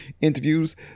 interviews